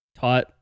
Taught